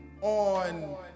On